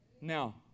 Now